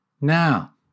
Now